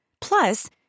Plus